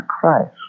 Christ